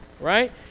right